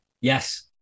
yes